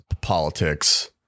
politics